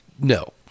No